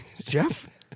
Jeff